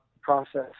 process